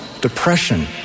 depression